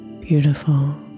beautiful